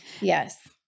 Yes